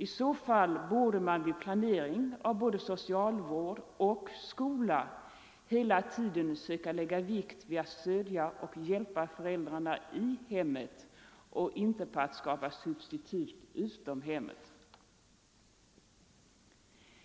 I så fall borde man vid planering av både socialvård och skola hela tiden söka lägga vikt vid att stödja och hjälpa föräldrarna i hemmet och inte endast på att skapa substitut utom hemmet.